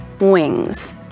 Wings